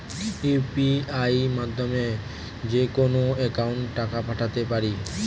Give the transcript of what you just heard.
UPI মাধ্যমে যেকোনো একাউন্টে টাকা পাঠাতে পারি?